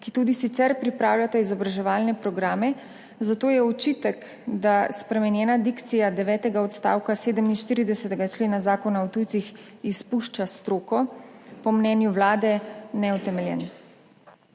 ki tudi sicer pripravljata izobraževalne programe, zato je očitek, da spremenjena dikcija 9. odstavka 47. člena Zakona o tujcih izpušča stroko, po mnenju Vlade neutemeljen.